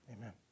Amen